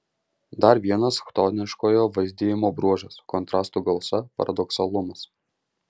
dar vienas chtoniškojo vaizdijimo bruožas kontrastų gausa paradoksalumas